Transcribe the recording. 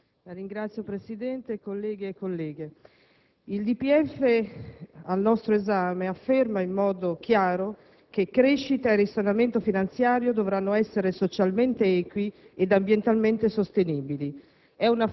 Signor Presidente, colleghi e colleghe, il DPEF al nostro esame afferma in modo chiaro che crescita e risanamento finanziario dovranno essere socialmente equi e ambientalmente sostenibili.